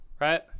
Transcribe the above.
right